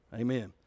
Amen